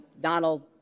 Donald